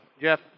Jeff